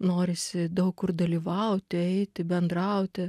norisi daug kur dalyvauti eiti bendrauti